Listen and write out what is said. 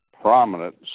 prominent